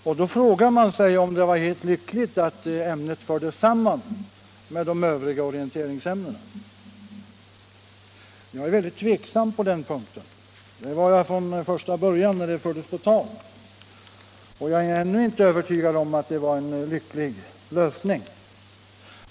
Man frågar sig då om det var helt lyckligt att ämnet fördes samman med de övriga orienteringsämnena. Jag är mycket tveksam på den punkten — det var jag från första början när detta fördes på tal, och jag är ännu inte övertygad om att detta var en lycklig lösning.